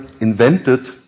invented